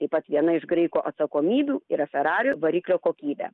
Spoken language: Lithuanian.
taip pat viena iš graiko atsakomybių yra ferrari variklio kokybė